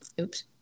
Oops